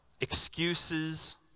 excuses